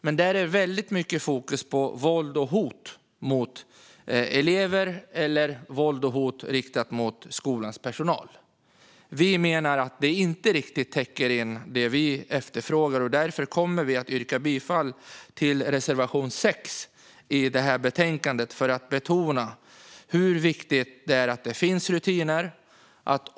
Men där ligger stort fokus på våld och hot mot elever eller mot skolans personal. Vi menar att det inte riktigt täcker in det vi efterfrågar. Därför kommer vi att yrka bifall till reservation 6 i betänkandet, för att betona hur viktigt det är att det finns rutiner.